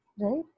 right